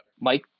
Mike